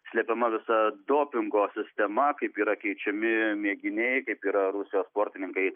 slėpiama visa dopingo sistema kaip yra keičiami mėginiai kaip yra rusijos sportininkai